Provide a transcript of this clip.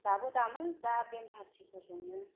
दाबो दामो दा बेण्ड पार्टिफोरजोंनो